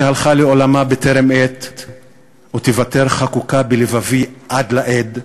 שהלכה לעולמה בטרם עת ותיוותר חקוקה בלבבי לעד,